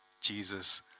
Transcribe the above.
Jesus